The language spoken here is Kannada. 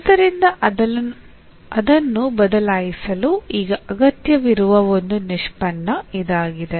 ಆದ್ದರಿಂದ ಅದನ್ನು ಬದಲಾಯಿಸಲು ಈಗ ಅಗತ್ಯವಿರುವ ಒಂದು ನಿಷ್ಪನ್ನ ಇದಾಗಿದೆ